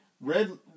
Red